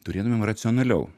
turėtumėm racionaliau